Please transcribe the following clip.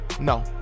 No